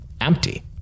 Empty